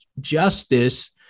justice